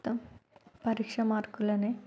త పరీక్ష మార్కులనే